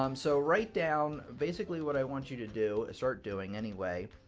um so write down, basically what i want you to do, start doing anyway,